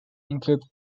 include